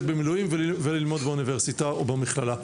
במילואים וללמוד באוניברסיטה או במכללה.